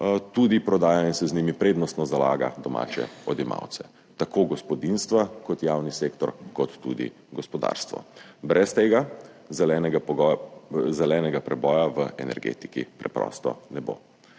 tudi prodaja in se z njimi prednostno zalaga domače odjemalce, tako gospodinjstva kot javni sektor in tudi gospodarstvo. Brez tega zelenega preboja v energetiki preprosto ne bo.